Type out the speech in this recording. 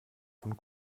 von